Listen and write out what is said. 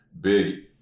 big